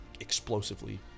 explosively